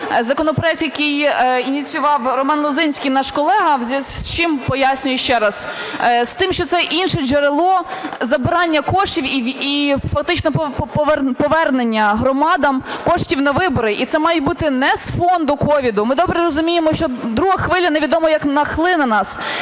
законопроект, який ініціював Роман Лозинський наш колега. З чим пояснюю ще раз. З тим, що це інше джерело забирання коштів і фактично повернення громадам коштів на вибори. І це має бути не з фонду COVID. Ми добре розуміємо, що друга хвиля невідомо як нахлине на